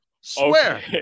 Swear